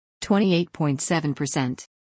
28.7%